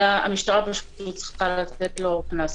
אלא המשטרה פשוט צריכה להטיל עליו קנס.